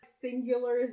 singular